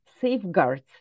safeguards